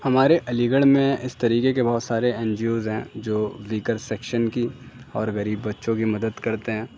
ہمارے علی گڑھ میں اس طریقے کے بہت سارے این جی اوز ہیں جو ویکر شیکشن کی اور غریب بچوں کی مدد کرتے ہیں